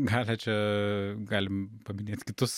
galią čia galim paminėt kitus